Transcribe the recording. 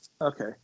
okay